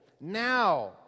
now